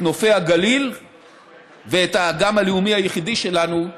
את נופי הגליל ואת האגם הלאומי היחיד שלנו,